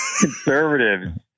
conservatives